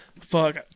Fuck